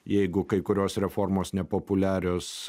jeigu kai kurios reformos nepopuliarios